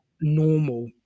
normal